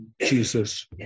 Jesus